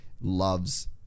loves